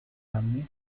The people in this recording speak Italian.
anni